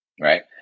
right